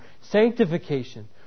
sanctification